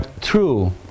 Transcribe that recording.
true